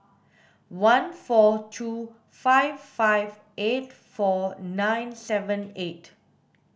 one four two five five eight four nine seven eight